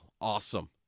awesome